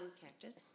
Cactus